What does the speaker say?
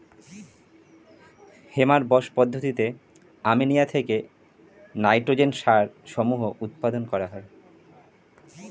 Haber Bosch পদ্ধতিতে ammonia থেকে nitrogen সার সমূহ উৎপন্ন করা হয়